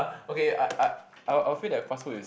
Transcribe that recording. okay I I I will afraid that fast food is